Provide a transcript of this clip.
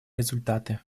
результаты